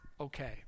okay